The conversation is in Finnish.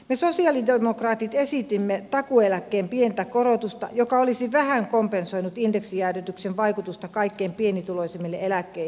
me sosialidemokraatit esitimme takuueläkkeen pientä korotusta joka olisi vähän kompensoinut indeksijäädytyksen vaikutusta kaikkein pienituloisimmille eläkkeensaajille